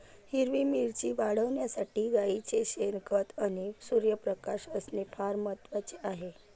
हिरवी मिरची वाढविण्यासाठी गाईचे शेण, खत आणि सूर्यप्रकाश असणे फार महत्वाचे आहे